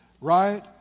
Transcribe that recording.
Right